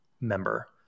member